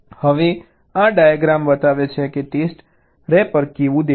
હવે આ ડાયાગ્રામ બતાવે છે કે ટેસ્ટ રેપર કેવું દેખાશે